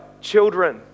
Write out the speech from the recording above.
children